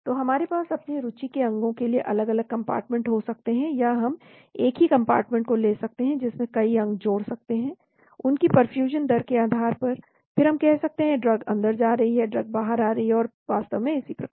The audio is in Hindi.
तो हमारे पास अपनी रुचि के अंगों के लिए अलग अलग कंपार्टमेंट हो सकते हैं या हम एक ही कंपार्टमेंट को ले सकते हैं जिसमें कई अंग जोड़ सकते हैं उनकी परफ्यूजन दर के आधार पर फिर हम कह सकते हैं कि ड्रग अंदर जा रही है ड्रग बाहर आ रही है और वास्तव में इसी प्रकार